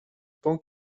pan